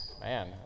Man